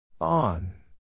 On